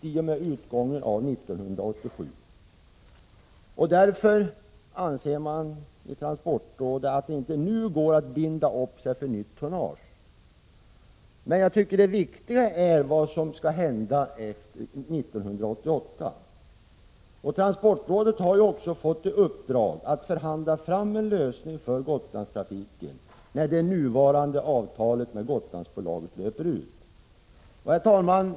I och med utgången av 1987 går det gällande avtalet ut. Därför anser man i transportrådet att det inte nu går att binda upp sig för nytt tonnage. Men jag tycker att det viktiga är vad som skall hända 1988. Transportrådet har också fått i uppdrag att förhandla fram en lösning för Gotlandstrafiken när det nuvarande avtalet med Gotlandsbolaget löper ut.